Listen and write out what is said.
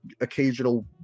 occasional